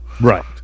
right